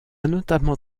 notamment